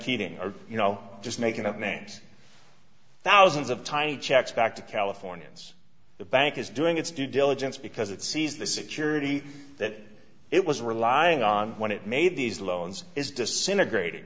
keating or you know just making up names thousands of tiny checks back to californians the bank is doing its due diligence because it sees the security that it was relying on when it made these loans is disintegrat